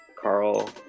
Carl